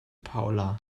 paula